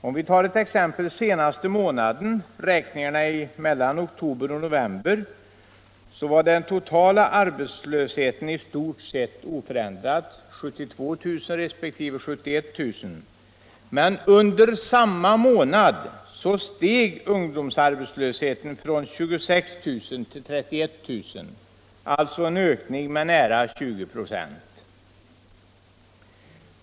Om vi ser på den senaste månaden för vilken siffrorna föreligger — mellan oktoberoch novemberräkningen — finner vi att den totala arbetslösheten i stort sett var oförändrad, 72 000 resp. 71 000, men under samma månad steg ungdomsarbetslösheten från 26 000 till 31 000, alltså en ökning med nära 20 96.